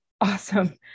Awesome